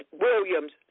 Williams